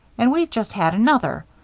and we've just had another.